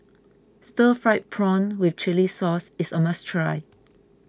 Stir Fried Prawn with Chili Sauce is a must try